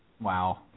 Wow